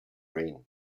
reign